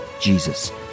jesus